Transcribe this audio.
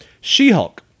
She-Hulk